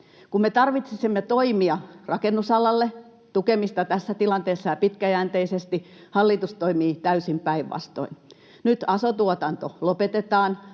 Kun me tarvitsisimme toimia rakennusalalle, tukemista tässä tilanteessa ja pitkäjänteisesti, hallitus toimii täysin päinvastoin. Nyt aso-tuotanto lopetetaan,